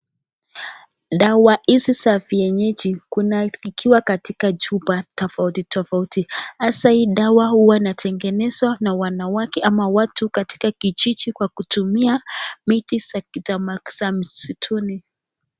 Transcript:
Dawa hizi za vienyeji kuna ikiwa katika chupa tofauti tofauti, hasa hii dawa huwa inatemgenezwa na wanawake au watu katika kijiji kwa kutumia miti za kitama, miti za msituni.